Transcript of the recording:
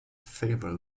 favour